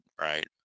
right